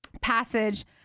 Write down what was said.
passage